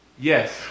Yes